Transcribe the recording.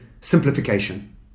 simplification